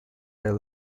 air